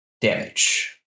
damage